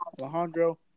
Alejandro